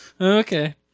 Okay